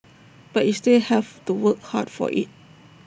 but you still have to work hard for IT